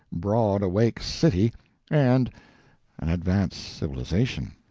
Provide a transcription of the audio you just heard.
broad-awake city and an advanced civilisation.